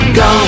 go